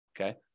okay